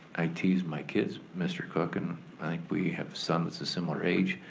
i tease my kids, mr. cook, and i think we have sons a similar age,